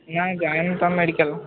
ନାହିଁ ଯାଇନି ତ ମେଡ଼ିକାଲ୍